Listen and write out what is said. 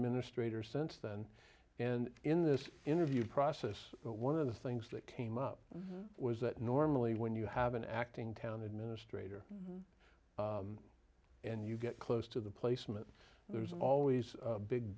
administrator since then and in this interview process one of the things that came up was that normally when you have an acting town administrator and you get close to the placement there's always a big